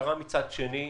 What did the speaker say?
המשטרה מצד שני,